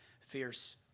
fierce